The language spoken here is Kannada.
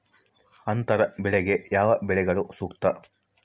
ಅಂತರ ಬೆಳೆಗೆ ಯಾವ ಬೆಳೆಗಳು ಸೂಕ್ತ?